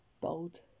Bold